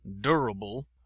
durable